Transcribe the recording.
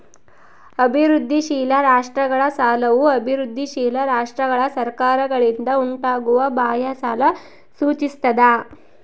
ಅಭಿವೃದ್ಧಿಶೀಲ ರಾಷ್ಟ್ರಗಳ ಸಾಲವು ಅಭಿವೃದ್ಧಿಶೀಲ ರಾಷ್ಟ್ರಗಳ ಸರ್ಕಾರಗಳಿಂದ ಉಂಟಾಗುವ ಬಾಹ್ಯ ಸಾಲ ಸೂಚಿಸ್ತದ